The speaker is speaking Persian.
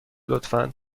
لطفا